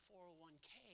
401k